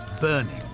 burning